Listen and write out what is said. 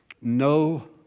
no